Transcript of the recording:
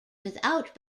without